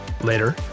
Later